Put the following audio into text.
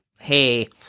hey